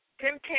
Tim